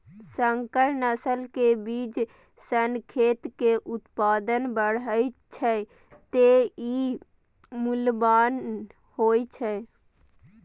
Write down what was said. संकर नस्ल के बीज सं खेत मे उत्पादन बढ़ै छै, तें ई मूल्यवान होइ छै